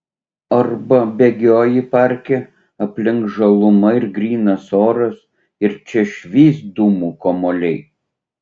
arba bėgioji parke aplink žaluma ir grynas oras ir čia švyst dūmų kamuoliai